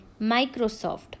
Microsoft